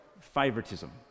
favoritism